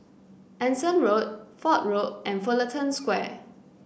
Anson Road Fort Road and Fullerton Square